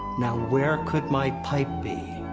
now where could my pipe be?